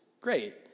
great